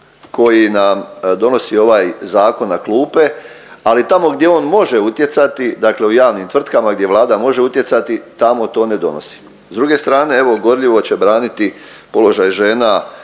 koji nam donosi ovaj zakon na klupe, ali tamo gdje on može utjecati, dakle u javnim tvrtkama gdje Vlada može utjecati tamo to ne donosi. S druge strane evo gorljivo će braniti položaj žena